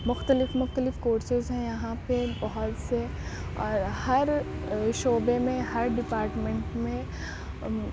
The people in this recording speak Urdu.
مختلف مختلف کورسز ہیں یہاں پہ بہت سے اور ہر شعبے میں ہر ڈپارٹمنٹ میں